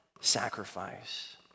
sacrifice